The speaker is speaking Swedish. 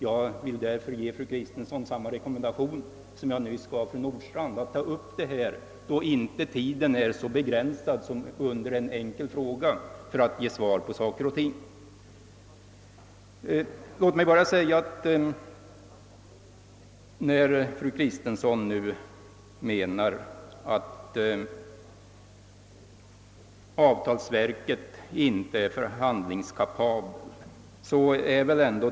Jag vill därför ge fru Kristensson samma rekommendation, som jag nyss lämnade herr Nordstrandh, att inte ta upp dessa spörsmål när tiden är så begrän Det måste vara fråga om en missuppfattning när fru Kristensson hävdar att avtalsverket inte är förhandlingskapabelt.